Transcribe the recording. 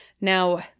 Now